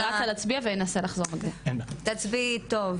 אז אני אמשיך.